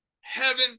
Heaven